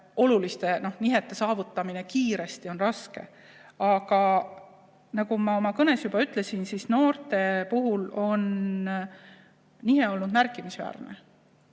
oluliste nihete saavutamine kiiresti on raske. Aga nagu ma oma kõnes juba ütlesin, noorte puhul on nihe olnud märkimisväärne.